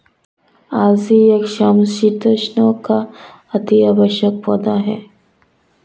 अलसी एक समशीतोष्ण का अति आवश्यक पौधा है